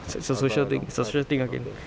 it's a social thing social thing again